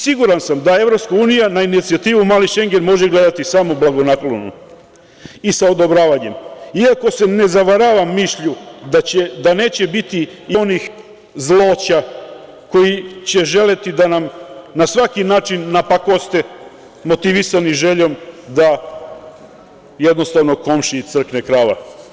Siguran sam da EU na inicijativu „mali Šengen“ može gledati samo blagonaklono i sa odobravanjem, iako se ne zavaravam mišlju da neće biti i onih zloća koji će želeti da nam na svaki način napakoste, motivisani željom da jednostavno komšiji crkne krava.